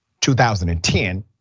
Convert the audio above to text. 2010